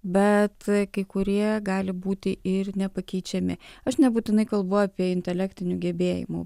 bet kai kurie gali būti ir nepakeičiami aš nebūtinai kalbu apie intelektinių gebėjimų